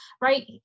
right